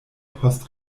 post